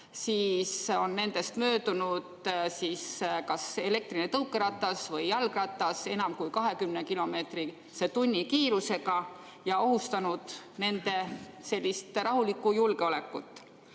siis on nendest möödunud kas elektritõukeratas või jalgratas enam kui 20‑kilomeetrise tunnikiirusega ja ohustanud nende rahulikku julgeolekut.